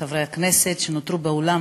חברי הכנסת שנותרו באולם,